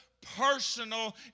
personal